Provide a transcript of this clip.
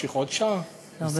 נמשיך עוד שעה, או נסיים בעוד שעה?